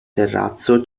terrazzo